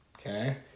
Okay